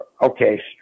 okay